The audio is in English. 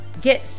Get